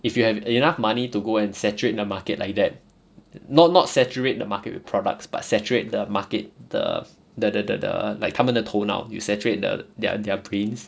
if you have enough money to go and saturate the market like that not not saturate the market with products but saturate the market the the the the the like 他们的头脑 you saturate the their their brains